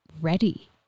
ready